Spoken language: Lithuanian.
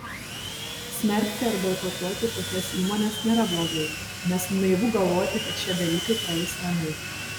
smerkti ar boikotuoti tokias įmones nėra blogai nes naivu galvoti kad šie dalykai praeis ramiai